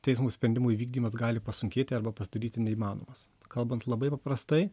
teismo sprendimo įvykdymas gali pasunkėti arba pasidaryti neįmanomas kalbant labai paprastai